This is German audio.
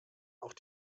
auch